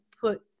put